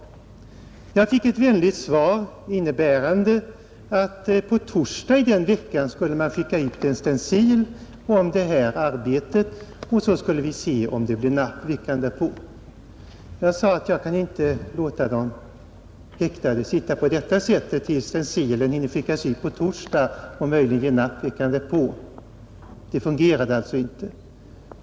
Jag fick ett vänligt svar, innebärande att man på torsdagen i samma vecka skulle skicka ut en stencil om detta arbete och sedan skulle vi se om det blev napp i veckan därpå, Jag sade att jag inte kunde låta de häktade sitta kvar i väntan på att först stencilen skulle skickas ut på torsdagen och på att det därefter möjligen skulle bli napp veckan därpå. Arbetsförmedlingen fungerade alltså inte.